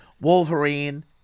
Wolverine